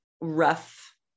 rough